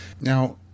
Now